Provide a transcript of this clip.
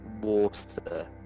water